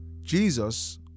Jesus